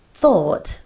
thought